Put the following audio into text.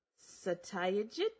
Satyajit